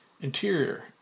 Interior